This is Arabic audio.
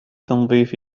تنظيف